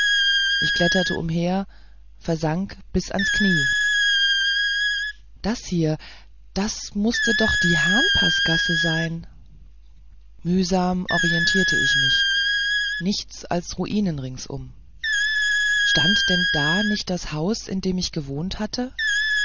ich kletterte umher versank bis ans knie das hier das mußte doch die hahnpaßgasse sein mühsam orientierte ich mich nichts als ruinen ringsum stand denn da nicht das haus in dem ich gewohnt hatte